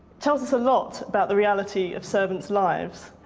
tells us a lot about the reality of servants' lives.